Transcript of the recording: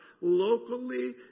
locally